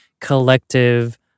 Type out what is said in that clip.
collective